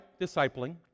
discipling